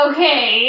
Okay